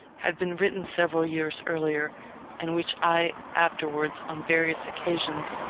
had been written several years earlier and which i afterwards, on various occasions,